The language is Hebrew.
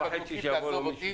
תעזוב אותי,